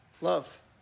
love